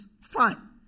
fine